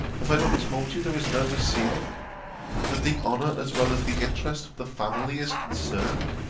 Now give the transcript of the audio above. have i not told you there is no receding that the honour as well as the interest of the family is concerned?